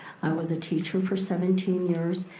i was a teacher for seventeen years.